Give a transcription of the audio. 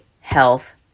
health